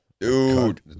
Dude